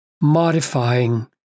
modifying